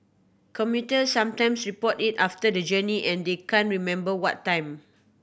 commuter sometimes report it after the journey and they can't remember what time